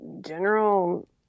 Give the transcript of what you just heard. general